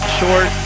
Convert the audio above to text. short